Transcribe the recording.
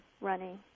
running